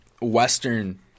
Western